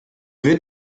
wird